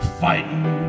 fighting